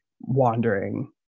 wandering